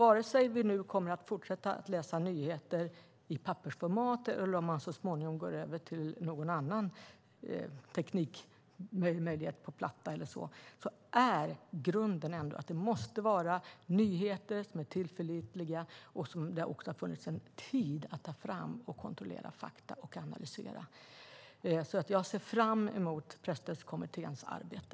Antingen vi kommer att fortsätta att läsa nyheter i pappersformat eller så småningom går över till någon annan teknikmöjlighet, platta eller annat, handlar det i grunden om att nyheterna måste vara tillförlitliga. Det måste finnas tid att ta fram och kontrollera och analysera fakta. Jag ser fram emot Presstödskommitténs arbete.